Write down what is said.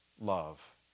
love